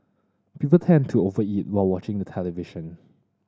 people tend to over eat while watching the television